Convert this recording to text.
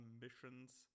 missions